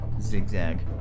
zigzag